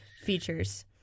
features